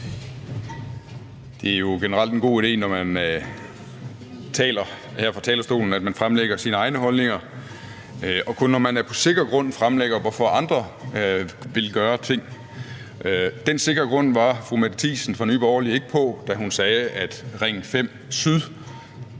er det jo generelt en god idé, at man fremlægger sine egne holdninger, og kun når man er på sikker grund fremlægger, hvorfor andre vil gøre ting. Den sikre grund var fru Mette Thiesen fra Nye Borgerlige ikke på, da hun sagde, at